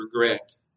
regret